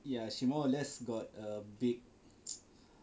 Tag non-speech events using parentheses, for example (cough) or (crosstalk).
ya she more or less got a big (noise)